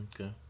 Okay